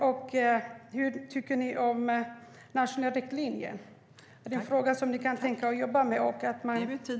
Och är frågan om en nationell riktlinje något som du kan tänka dig att jobba med?